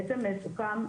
בעצם סוכם,